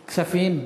כספים?